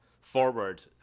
forward